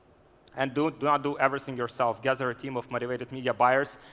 and do do not do everything yourself. gather a team of motivated media buyers.